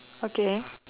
okay